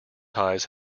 ties